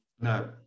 No